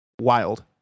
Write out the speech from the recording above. Wild